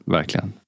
Verkligen